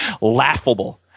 laughable